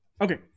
Okay